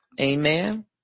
Amen